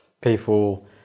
people